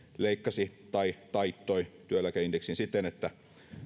leikkasi tai taittoi työeläkeindeksin siten että